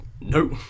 nope